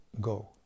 go